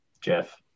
Jeff